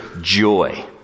joy